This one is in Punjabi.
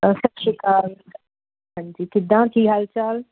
ਸਰ ਸਤਿ ਸ਼੍ਰੀ ਅਕਾਲ ਹਾਂਜੀ ਕਿੱਦਾਂ ਕੀ ਹਾਲ ਚਾਲ